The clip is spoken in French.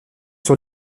sur